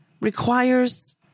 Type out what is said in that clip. requires